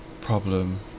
problem